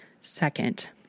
Second